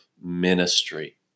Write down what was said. ministry